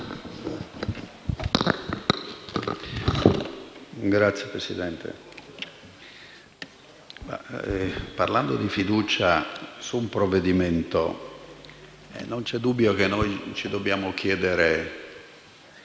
Signora Presidente, parlando di fiducia su un provvedimento, non c'è dubbio che ci dobbiamo chiedere